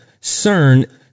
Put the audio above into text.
CERN